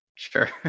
Sure